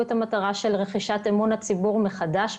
את המטרה של רכישת אמון הציבור מחדש.